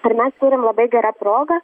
ar mes turim labai gerą progą